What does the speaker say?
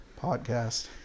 Podcast